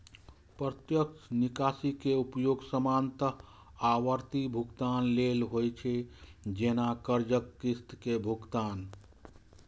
प्रत्यक्ष निकासी के उपयोग सामान्यतः आवर्ती भुगतान लेल होइ छै, जैना कर्जक किस्त के भुगतान